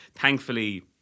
Thankfully